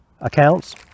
accounts